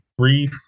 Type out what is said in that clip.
three